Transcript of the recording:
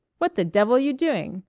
what the devil you doing?